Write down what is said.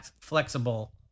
flexible